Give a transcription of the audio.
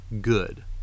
good